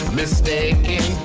mistaken